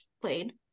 played